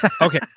Okay